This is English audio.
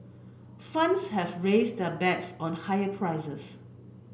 funds have raised their bets on higher prices